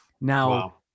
now